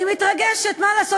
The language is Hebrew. אני מתרגשת, מה לעשות.